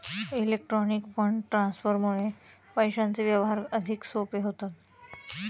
electronic fund ट्रान्सफरमुळे पैशांचे व्यवहार अधिक सोपे होतात